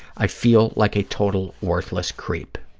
i feel like a total worthless creep.